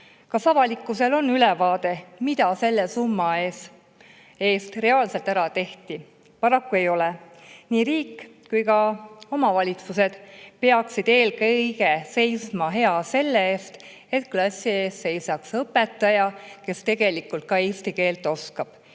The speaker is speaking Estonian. Kas avalikkusel on ülevaade, mida selle summa eest reaalselt ära tehti? Paraku ei ole. Nii riik kui ka omavalitsused peaksid eelkõige seisma hea selle eest, et klassi ees seisaks õpetaja, kes tegelikult ka eesti keelt oskab,